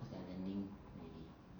cause they're landing already